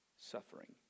suffering